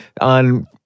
on